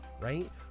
right